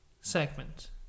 segment